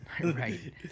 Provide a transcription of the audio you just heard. Right